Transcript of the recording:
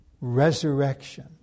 resurrection